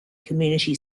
community